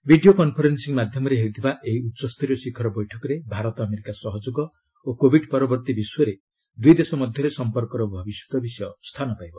video conferencing ମାଧ୍ୟମରେ ହେଉଥିବା ଏହି ଉଚ୍ଚସ୍ତରୀୟ ଶିଖର ବୈଠକରେ ଭାରତ ଆମେରିକା ସହଯୋଗ ଓ କୋଭିଡ୍ ପରବର୍ତ୍ତୀ ବିଶ୍ୱରେ ଦୁଇ ଦେଶ ମଧ୍ୟରେ ସମ୍ପର୍କର ଭବିଷ୍ୟତ ବିଷୟ ସ୍ଥାନ ପାଇବ